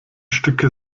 stücke